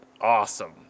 awesome